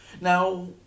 Now